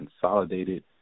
consolidated